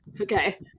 okay